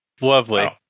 Lovely